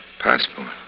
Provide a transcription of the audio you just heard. Passport